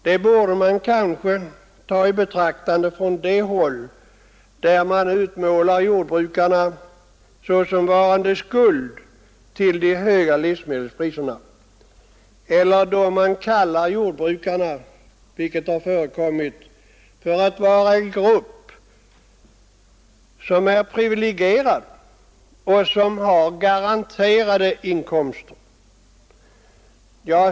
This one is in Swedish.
Det borde man kanske ta i betraktande från de håll där man utmålar jordbrukarna som skulden till de höga livsmedelspriserna eller då man kallar jordbrukarna — vilket har förekommit — för en grupp som är privilegierad och som har garanterade inkomster.